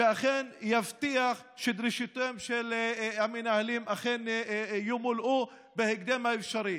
שיבטיח שדרישותיהם של המנהלים אכן ימולאו בהקדם האפשרי.